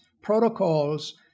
protocols